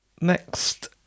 Next